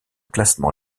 classement